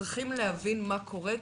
אנחנו צריכים להבין מה קורה,